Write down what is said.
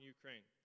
Ukraine